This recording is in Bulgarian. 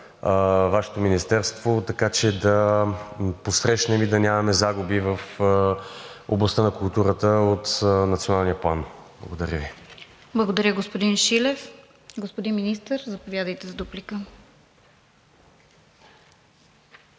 Вашето министерство, така че да посрещнем и да нямаме загуби в областта на културата от Националния план. Благодаря Ви. ПРЕДСЕДАТЕЛ РОСИЦА КИРОВА: Благодаря, господин Шилев. Господин Министър, заповядайте за дуплика.